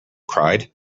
cried